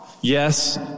Yes